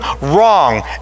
wrong